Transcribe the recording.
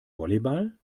volleyball